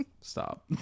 stop